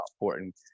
important